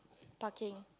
parking